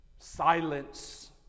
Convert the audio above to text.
Silence